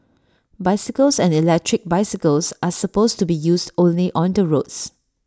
bicycles and electric bicycles are supposed to be used only on the roads